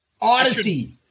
Odyssey